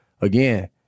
again